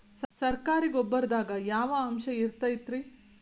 ಸರಕಾರಿ ಗೊಬ್ಬರದಾಗ ಯಾವ ಅಂಶ ಇರತೈತ್ರಿ?